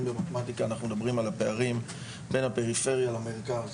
במתמטיקה אנחנו מדברים על הפערים בין הפריפריה למרכז.